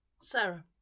Sarah